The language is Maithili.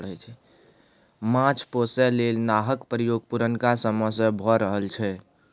माछ पोसय लेल नाहक प्रयोग पुरनका समय सँ भए रहल छै